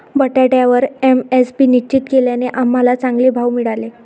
बटाट्यावर एम.एस.पी निश्चित केल्याने आम्हाला चांगले भाव मिळाले